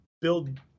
build